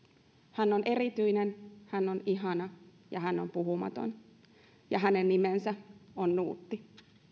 hän on erityinen hän on ihana ja hän on puhumaton ja hänen nimensä on nuutti